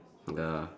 ya